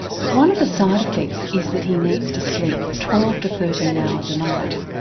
but one of the side-effects is that he needs to sleep twelve to thirteen hours a night.